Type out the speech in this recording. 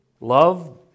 love